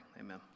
Amen